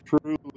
truly